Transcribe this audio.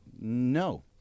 No